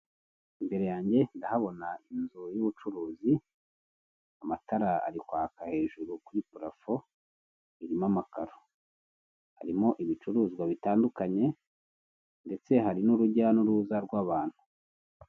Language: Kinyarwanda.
Imbere yanjye ndahabona inzu y'ubucuruzi amatara ari kwaka hejuru kuri parafo irimo amakararo harimo ibicuruzwa bitandukanye ndetse hari n'urujya n'uruza rw'abantu.